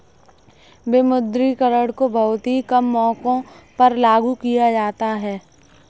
विमुद्रीकरण को बहुत ही कम मौकों पर लागू किया जाता है